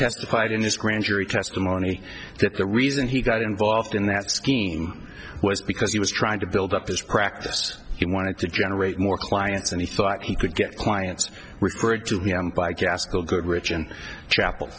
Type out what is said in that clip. testified in his grand jury testimony that the reason he got involved in that scheme was because he was trying to build up his practice he wanted to generate more clients and he thought he could get clients referred to me by gaskell goodrich and